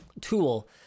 tool